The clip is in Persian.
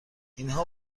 اینها